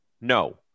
No